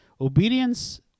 Obedience